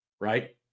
right